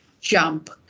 jump